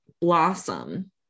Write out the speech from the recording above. Blossom